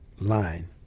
line